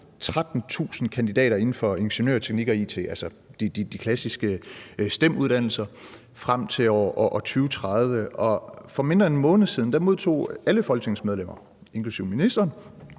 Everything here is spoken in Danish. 13.000 kandidater inden for ingeniører, teknik og it, altså de klassiske STEM-uddannelser, frem til år 2030, og for mindre end en måned siden modtog alle folketingsmedlemmer, inklusive ministeren,